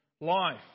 life